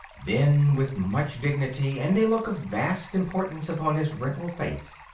then, with much dignity and a look of vast importance upon his wrinkled face,